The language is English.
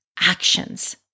actions